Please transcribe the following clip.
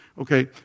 Okay